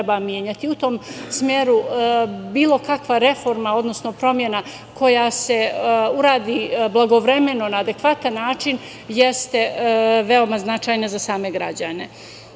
U tom smeru, bilo kakva reforma, odnosno promena, koja se uradi blagovremeno na adekvatan način jeste veoma značajna za same građane.U